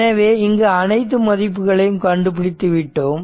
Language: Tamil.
எனவே இங்கு அனைத்து மதிப்புகளையும் கண்டுபிடித்து விட்டோம்